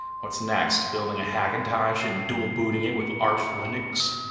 what's next, building a hackintosh and dual booting it with arch linux?